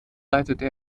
leitete